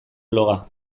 bloga